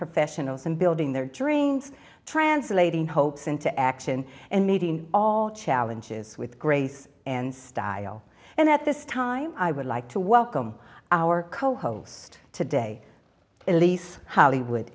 professionals and building their dreams translating hopes into action and meeting all challenges with grace and style and at this time i would like to welcome our co host today elise hollywood